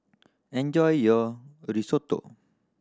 enjoy your a Risotto